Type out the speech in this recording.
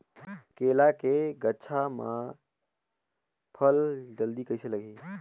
केला के गचा मां फल जल्दी कइसे लगही?